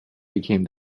became